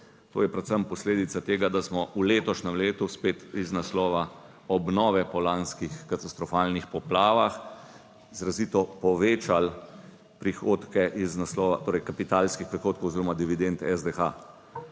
To je predvsem posledica tega, da smo v letošnjem letu spet iz naslova obnove po lanskih katastrofalnih poplavah izrazito povečali prihodke iz naslova, torej kapitalskih prihodkov oziroma dividend SDH.